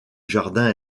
jardin